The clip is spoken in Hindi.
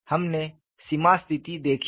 हमने सीमा स्थिति देखी है